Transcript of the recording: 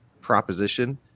proposition